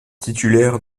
titulaire